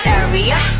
area